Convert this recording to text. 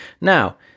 Now